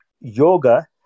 yoga